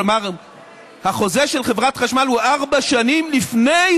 כלומר החוזה של חברת חשמל הוא ארבע שנים לפני